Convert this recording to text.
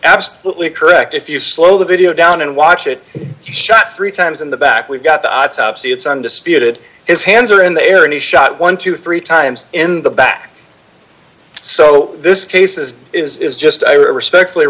absolutely correct if you slow the video down and watch it shot three times in the back we've got the autopsy it's undisputed his hands are in the air and he's shot one hundred and twenty three times in the back so this case is it's just i respectfully